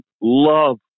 love